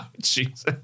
Jesus